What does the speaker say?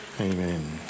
Amen